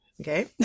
okay